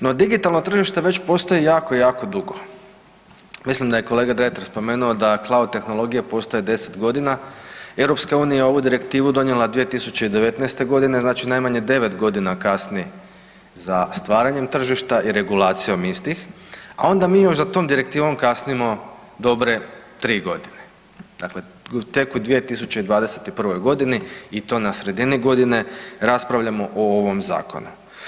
No digitalno tržište već postoji jako, jako dugo, mislim da je kolega Dregar spomenuo da cloud tehnologije postoje deset godina, EU je ovu direktivu donijela 2019.g. znači najmanje devet godina kasni za stvaranjem tržišta i regulacijom istih, a onda mi još za tom direktivom kasnimo dobre tri godine, dakle tek u 2021.g. i to na sredini godine raspravljamo o ovom zakonu.